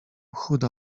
chuda